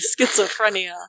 schizophrenia